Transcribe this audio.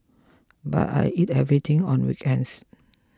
but I eat everything on weekends